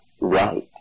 right